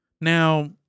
Now